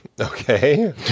Okay